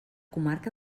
comarca